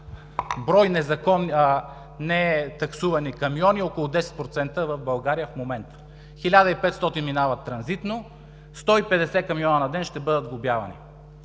брой нетаксувани камиони е около 10% в България в момента: 1500 минават транзитно, 150 камиона на ден ще бъдат глобявани